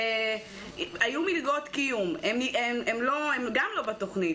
היו מלגות קיום והן גם לא בתכנית.